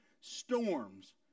storms